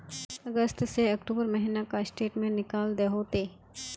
अगस्त से अक्टूबर महीना का स्टेटमेंट निकाल दहु ते?